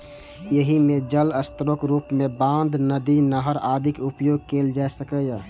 एहि मे जल स्रोतक रूप मे बांध, नदी, नहर आदिक उपयोग कैल जा सकैए